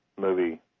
movie